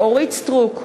אורית סטרוק,